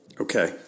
Okay